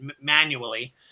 manually